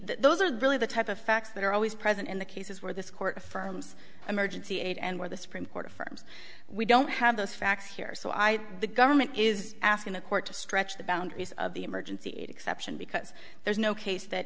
those are really the type of facts that are always present in the cases where this court affirms emergency aid and where the supreme court affirms we don't have those facts here so i the government is asking the court to stretch the boundaries of the emergency exception because there's no case that